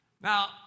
Now